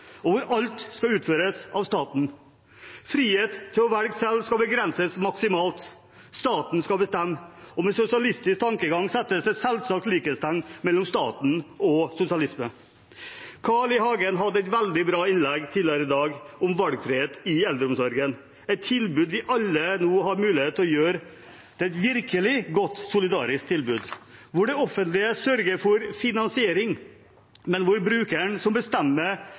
hvor alt skal utføres av staten. Frihet til å velge selv skal begrenses maksimalt. Staten skal bestemme, og med sosialistisk tankegang settes det et selvsagt likhetstegn mellom stat og sosialisme. Carl I. Hagen hadde et veldig bra innlegg tidligere i dag om valgfrihet i eldreomsorgen – et tilbud vi alle nå har mulighet til å gjøre til et virkelig godt solidarisk tilbud, hvor det offentlige sørger for finansiering, men hvor brukeren selv bestemmer